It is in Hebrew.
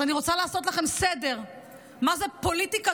אז אני רוצה לעשות לכם סדר מהי פוליטיקה